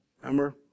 Remember